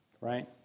right